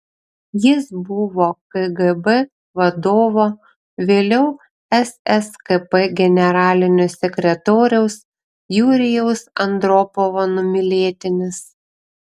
jis buvo kgb vadovo vėliau sskp generalinio sekretoriaus jurijaus andropovo numylėtinis